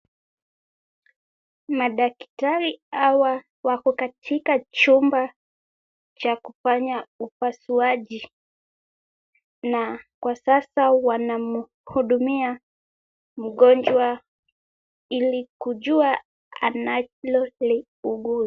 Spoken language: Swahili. Madaktari hawa wako katika chumba cha kufanya upasuaji, na kwa sasa wanamhudumia mgonjwa ili kujua analoliuguza.